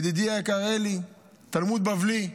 ידידי היקר אלי, התלמוד הבבלי.